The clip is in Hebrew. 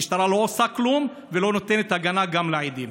המשטרה לא עושה כלום ולא נותנת הגנה גם לעדים.